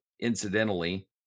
incidentally